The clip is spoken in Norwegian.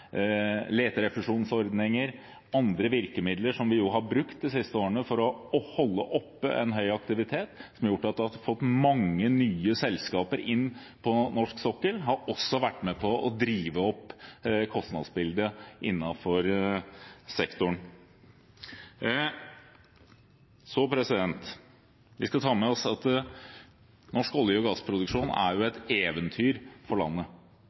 leterefusjonsordninger og andre virkemidler som vi har brukt de siste årene for å holde oppe en høy aktivitet, som har gjort at vi har fått mange nye selskaper inn på norsk sokkel, også har vært med på å drive opp kostnadsbildet innenfor sektoren. Vi skal ta med oss at norsk olje- og gassproduksjon er et eventyr for landet,